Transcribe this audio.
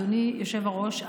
אדוני היושב-ראש,